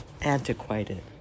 antiquated